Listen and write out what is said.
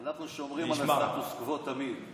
אנחנו שומרים על הסטטוס קוו תמיד.